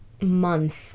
month